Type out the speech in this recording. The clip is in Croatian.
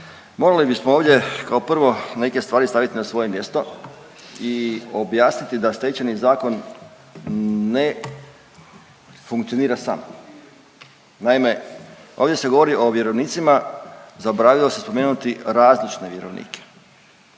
Morali bismo ovdje kao prvo neke stvari staviti na svoje mjesto i objasniti da Stečajni zakon ne funkcionira sam. Naime ovdje se govori o vjerovnicima, zaboravilo se spomenuti različite vjerovnike